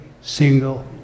single